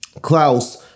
Klaus